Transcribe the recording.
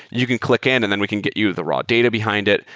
you can click in and then we can get you the raw data behind it.